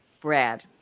Brad